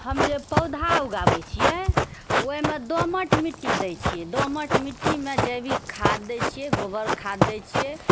हम जे पौधा उगाबै छियै ओहिमे दोमट मिट्टी दै छियै दोमट मिट्टीमे जैविक खाद दै छियै गोबर खाद दै छियै